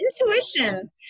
Intuition